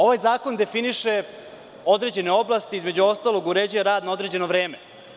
Ovaj zakon definiše određene oblasti, između ostalog uređuje rad na određeno vreme.